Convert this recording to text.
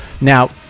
Now